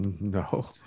no